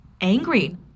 angry